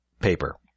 paper